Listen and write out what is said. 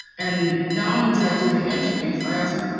and not only did i do the interviews, i also